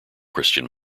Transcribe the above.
christian